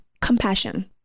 compassion